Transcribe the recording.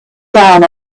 down